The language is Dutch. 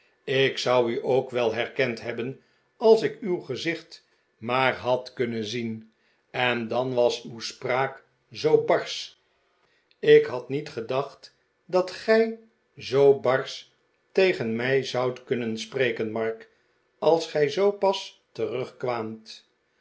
ik zou u ook wel herkend hebben als ik uw gezicht maar had kunnen zien en dan was uw spraak zoo barsch ik had niet gedacht dat gij zoo barsch tegen mij zoudt kunnen spreken mark als gij zoo pas terugkwaamt